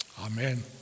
Amen